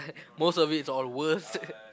most of it is all worse